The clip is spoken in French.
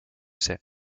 sais